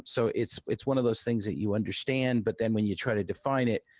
so, it's it's one of those things that you understand, but then when you try to define it,